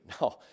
No